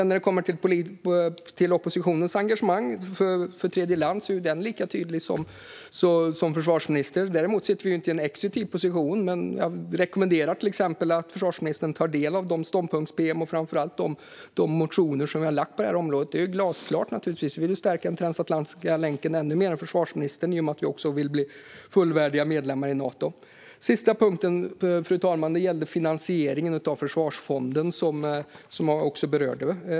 När det handlar om oppositionens engagemang för tredjeland är det lika tydligt som försvarsministerns. Däremot sitter inte vi i en exekutiv position. Jag rekommenderar försvarsministern att till exempel ta del av våra ståndpunkts-pm och framför allt av de motioner som vi har väckt på området. Det är glasklart; vi vill naturligtvis stärka den transatlantiska länken ännu mer än försvarsministern genom att vi också vill att Sverige blir fullvärdig medlem i Nato. Fru talman! Den sista punkten gällde finansieringen av försvarsfonden, som jag berörde.